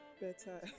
better